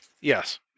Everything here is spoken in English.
Yes